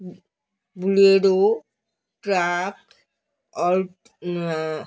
Bolero truck O